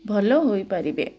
ଭଲ ହୋଇପାରିବେ